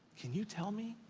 can you tell me?